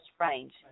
range